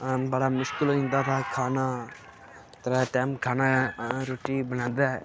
बड़ा मुश्कल होई जंदा था खाना त्रै टैम खाना रुट्टी बनांदै